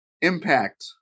Impact